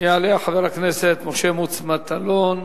יעלה חבר הכנסת משה מוץ מטלון,